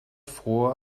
fror